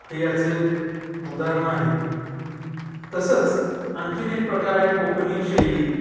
हे याचे उदाहरण आहे तसंच आणखी एक प्रकार आहे कोकणी शैली